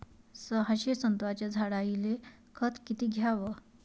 सहाशे संत्र्याच्या झाडायले खत किती घ्याव?